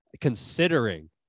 considering